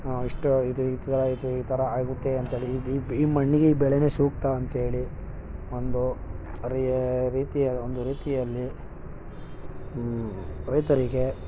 ಎಷ್ಟು ಇದು ಈ ತ ಇದು ಈ ಥರ ಆಗುತ್ತೆ ಅಂಥೇಳಿ ಈ ಮಣ್ಣಿಗೆ ಈ ಬೆಳೆನೇ ಸೂಕ್ತ ಅಂಥೇಳಿ ಒಂದು ರೀತಿಯಾದ ಒಂದು ರೀತಿಯಲ್ಲಿ ರೈತರಿಗೆ